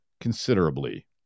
considerably